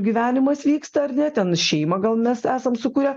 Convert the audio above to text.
gyvenimas vyksta ar ne ten šeimą gal mes esam sukūrę